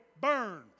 Burn